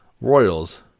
Royals